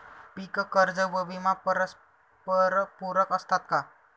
पीक कर्ज व विमा परस्परपूरक असतात का?